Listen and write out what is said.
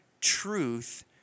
truth